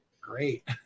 Great